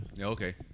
Okay